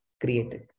created